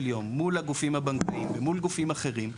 יום מול הגופים הבנקאיים ומול גופים אחרים,